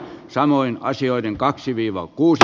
samoin asioiden kaksi viivaa kuusi